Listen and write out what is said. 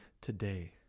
today